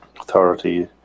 authority